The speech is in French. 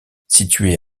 située